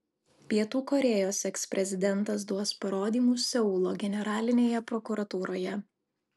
pietų korėjos eksprezidentas duos parodymus seulo generalinėje prokuratūroje